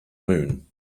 moon